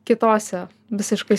kitose visiškai